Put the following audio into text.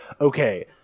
okay